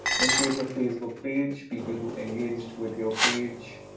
in case of facebook page people who engaged with your page.